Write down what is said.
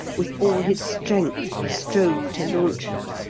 with all his strength he strove to launch her,